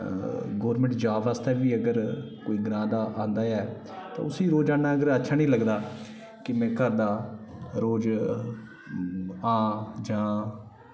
government job आस्तै बी अगर कोई ग्रांऽ दा आंदा ऐ तां उसी रोजाना अच्छा निं लगदा कि में घर दा रोज़ आंऽ जांऽ